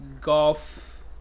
golf